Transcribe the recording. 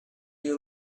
you